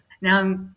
Now